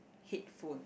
headphone